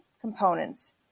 components